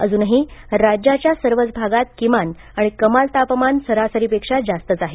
अजूनही राज्याच्या सर्वच विभागात किमान आणि कमाल तापमान सरासरीपेक्षा जास्तच आहे